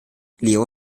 leo